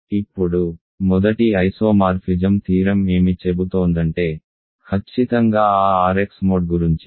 కాబట్టి ఇప్పుడు మొదటి ఐసోమార్ఫిజం థీరం ఏమి చెబుతోందంటే ఖచ్చితంగా ఆ R x mod గురుంచి